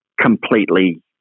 completely